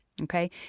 Okay